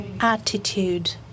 attitude